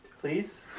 Please